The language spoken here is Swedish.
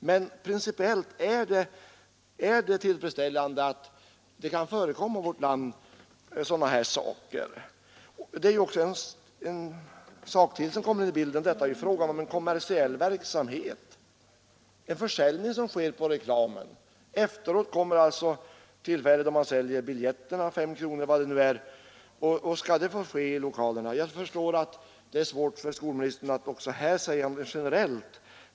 Men är det principiellt tillfredsställande att det kan förekomma sådana här saker i vårt land? Det är en sak till som kommer in i bilden. Här är det fråga om en kommersiell verksamhet. Det är en försäljning som sker efter reklamen — det säljs biljetter å 5 kronor eller vad det nu är. Skall det få ske i lokalerna? Jag förstår att det också härvidlag är svårt för skolministern att säga något generellt.